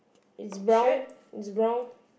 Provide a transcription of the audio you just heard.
is brown